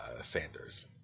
Sanders